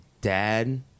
dad